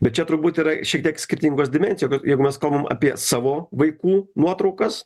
bet čia turbūt yra šiek tiek skirtingos dimensijos jeigu mes kalbam apie savo vaikų nuotraukas